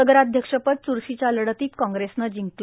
नगराध्यक्षपद च्रशीच्या लढतीत काँग्रेसनं जिंकले